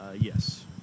Yes